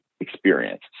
experience